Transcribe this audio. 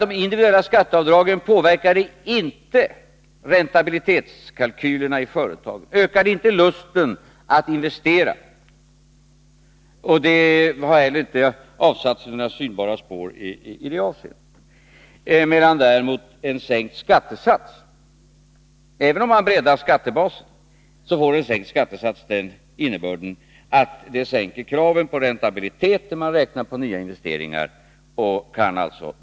De individuella skatteavdragen påverkade inte räntabilitetskalkylerna i företagen och ökade inte lusten att investera. De har inte heller avsatt några synbara spår i det avseendet. En sänkt skattesats däremot får — även om man breddar skattebasen — den innebörden att kraven på räntabilitet när man räknar på nyinvesteringar sänks.